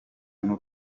n’u